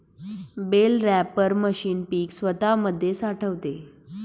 bell wrapper machine पीक स्वतामध्ये साठवते